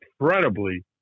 incredibly